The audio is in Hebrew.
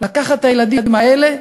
לקחת את הילדים האלה,